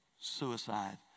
suicide